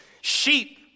Sheep